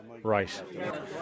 Right